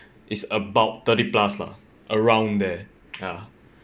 it's about thirty plus lah around there ya